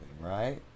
right